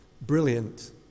brilliant